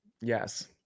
yes